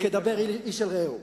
כדבר איש אל רעהו.